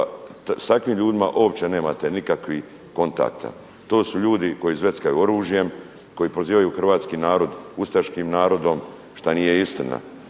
s takvim ljudima uopće nemate nikakvih kontakata. To su ljudi koji zveckaju oružjem, koji prozivaju hrvatski narod ustaškim narodom šta nije istina.